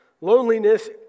Loneliness